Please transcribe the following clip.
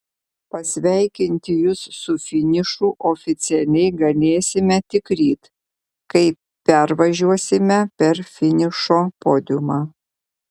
pasveikinti jus su finišu oficialiai galėsime tik ryt kai pervažiuosime per finišo podiumą